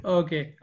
okay